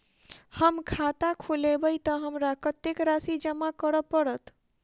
हम खाता खोलेबै तऽ हमरा कत्तेक राशि जमा करऽ पड़त?